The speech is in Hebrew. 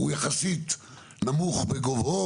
הוא יחסית נמוך בגובהו,